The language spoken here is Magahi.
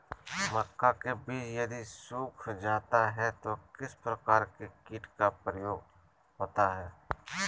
मक्का के बिज यदि सुख जाता है तो किस प्रकार के कीट का प्रकोप होता है?